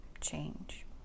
change